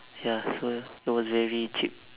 ya so it was very cheap